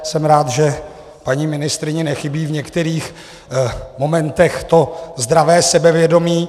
Jsem rád, že paní ministryni nechybí v některých momentech to zdravé sebevědomí.